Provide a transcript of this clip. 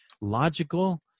logical